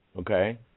okay